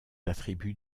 attributs